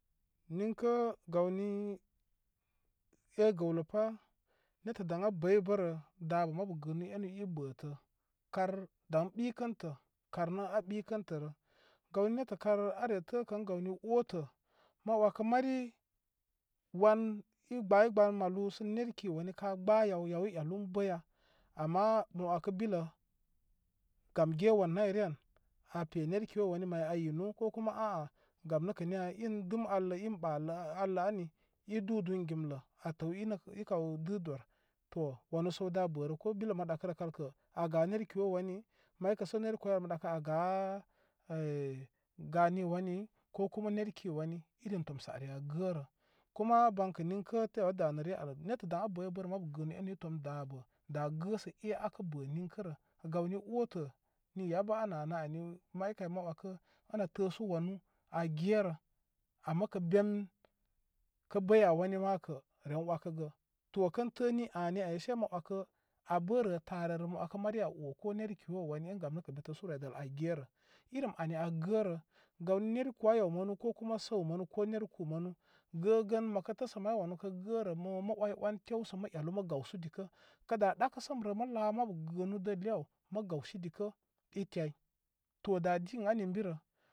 Ninkə gawni a gəwlə pa, netə dag aa bəybəbə rə dabə mabu gəənuu enu i bətə. Kar daŋ bikəntə, kar nə aa bikəntə rə. Gaw ni netə kar aa ryə təkə ən gawni dotə, ma wakə mari wan i gbaygban malu sə nerki wani kaa gbaa yaw, yaw i yalu bəya ama mə wakə bilə gam gyə wan nay ryə an aa pye herki wow wani aa yinu, ko kum a'a gam nəkə niya? In dɨm arlə in ɓalə arlə ani i duu dun gimlə aa təw i kaw dɨdo to wanu səw daa bərə ko bile ma ɗakə rəkal kə aa nerki wow wani, may kə səw nə nerki wow ai rə mə dakə aa ga ē gaanii wani ko kuma nerki wani irim tom sə ari aa gərə. Kuma bankə nigkə tew aa danə ryə aw netə dag abəybəbərə mabu gəənuu enu i tom dabə da gə sə e aa kə bə hiŋkə rə, gawni ōōtə nii yabə aa nanə ani may kay ma ɗakə ən aa təəsu wanu aa gyarə ama kə ben kə bəya wani makə ren wakəgə. To kə təə ni ani ay say ma wakə abə rə taare rə mə wakə mari aa oo, ko nerki wow wani ən gam nə kə be təəsu rwide aa gye rə, irim ani aa gəərə. Gawni nerku waa yaw manu ko kuma səw manu ko nerkuu manu, gəgən makə təəsə may wanu kə gəərə mo mə 'wai'wan tew sə mə yalu mə gawsu dikə, kə daa ɗakəsəm rə ma la mabu gəənu, dəl le aw mə gaw si dikə i tyi to daa di ən ani ən birə.